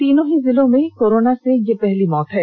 तीनों ही जिलों में कोरोना से यह पहली मौत है